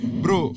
bro